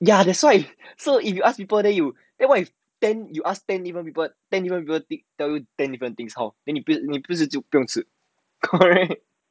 ya that's why so if you ask people then you then what if then you ask ten even people ten different people tell you ten different things how then 你不是就不要吃 correct